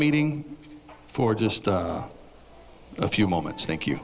meeting for just a few moments thank you